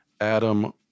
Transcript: Adam